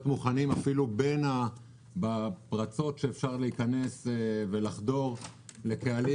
גם להיות מוכנים בין הפרצות שאפשר לחדור לקהלים.